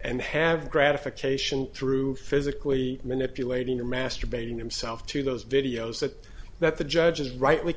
and have gratification through physically manipulating or masturbating himself to those videos that that the judge is rightly